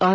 R